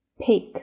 Pick